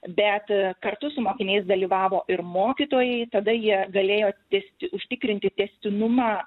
bet kartu su mokiniais dalyvavo ir mokytojai tada jie galėjo ti užtikrinti tęstinumą